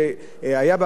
כמה מקצועיות,